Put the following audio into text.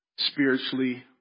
Spiritually